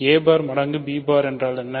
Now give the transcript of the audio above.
a bar மடங்கு b bar என்றால் என்ன